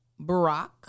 Barack